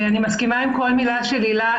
אני מסכימה עם כל מילה של הילה,